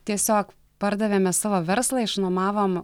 tiesiog pardavėme savo verslą išnuomavom